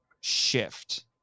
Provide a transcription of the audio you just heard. shift